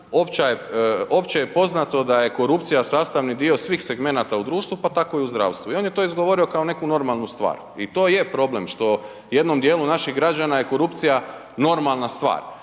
opće je poznato da je korupcija sastavni dio svih segmenata u društvu, pa tako i u zdravstvu. I on je to izgovorio kao neku normalnu stvar. I to je problem što jednom dijelu naših građana je korupcija normalna stvar.